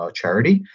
charity